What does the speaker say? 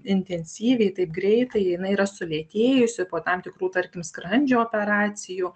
intensyviai taip greitai jinai yra sulėtėjusi po tam tikrų tarkim skrandžio operacijų